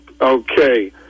okay